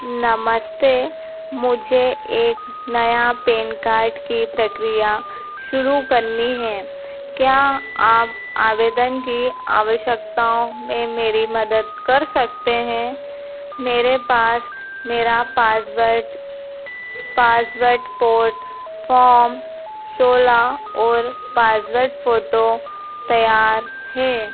नमस्ते मुझे एक नया पैन कार्ड की प्रक्रिया शुरू करनी है क्या आप आवेदन की आवश्यकताओं में मेरी मदद कर सकते हैं मेरे पास मेरा पासवर्ट पासपोर्ट पोर्ट फ़ॉर्म सोलह और पासपोर्ट फ़ोटो तैयार है